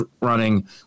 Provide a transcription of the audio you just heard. running